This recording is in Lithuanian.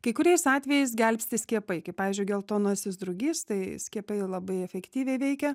kai kuriais atvejais gelbsti skiepai kaip pavyzdžiui geltonasis drugys tai skiepai labai efektyviai veikia